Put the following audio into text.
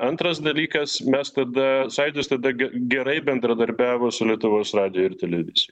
antras dalykas mes tada sąjūdis tada ge gerai bendradarbiavo su lietuvos radiju ir televizija